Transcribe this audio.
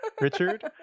Richard